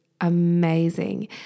amazing